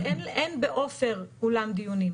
גם בהסתכלות עתידית,